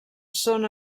són